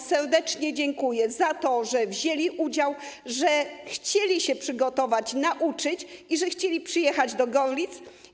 Serdecznie dziękuję im za to, że wzięli w tym udział, że chcieli się przygotować i nauczyć i że chcieli przyjechać do Gorlic.